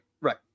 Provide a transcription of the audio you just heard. right